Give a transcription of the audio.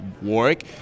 work